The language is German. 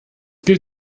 gilt